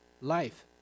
life